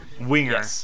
winger